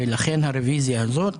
ולכן הרוויזיה הזאת,